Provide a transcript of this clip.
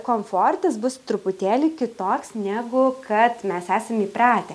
komfortas bus truputėlį kitoks negu kad mes esam įpratę